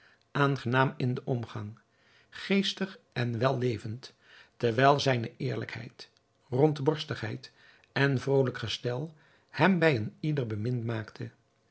aangenaam in den omgang geestig en wellevend terwijl zijne eerlijkheid rondborstigheid en vrolijk gestel hem bij een ieder bemind maakten